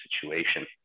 situation